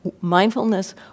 mindfulness